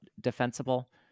defensible